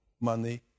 money